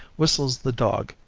whistles the dog,